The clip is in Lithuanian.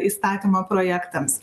įstatymo projektams